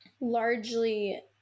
largely